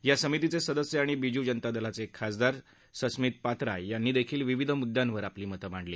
या समितीचे सदस्य आणि बीजू जनता दलाचे खासदार सस्मित पात्रा यांनीही विविध मुद्द्यांवर आपली मतं मांडली